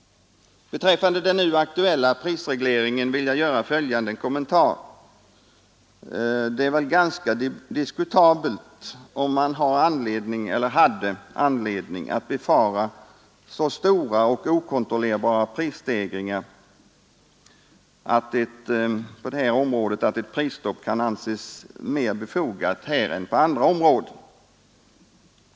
Beträffande den nu föreslagna prisregleringen vill jag göra följande kommentar. Det är väl ganska diskutabelt om man hade anledning befara så stora och okontrollerbara prisstegringar på detta område att ett prisstopp kan anses mer befogat här än på andra områden.